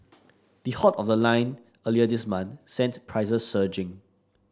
the halt of the line earlier this month sent prices surging